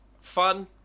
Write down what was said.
Fun